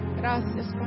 gracias